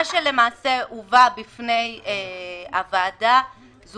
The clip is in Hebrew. מה שלמעשה הובא בפני הוועדה זה